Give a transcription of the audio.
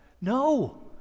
No